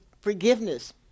forgiveness